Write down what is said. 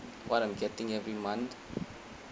what I'm getting every month